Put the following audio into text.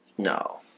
No